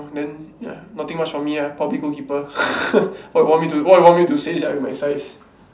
then ya nothing much for me ah probably goal keeper what you want me to what you want me to say sia with my size